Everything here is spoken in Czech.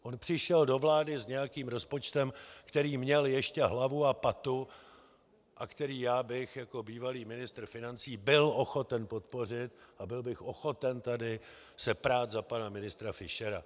On přišel do vlády s nějakým rozpočtem, který měl ještě hlavu a patu a který já bych jako bývalý ministr financí byl ochoten podpořit a byl bych ochoten tady se prát za pana ministra Fischera.